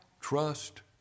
trust